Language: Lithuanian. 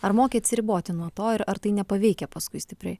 ar moki atsiriboti nuo to ar ar tai nepaveikia paskui stipriai